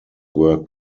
were